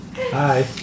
Hi